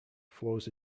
flows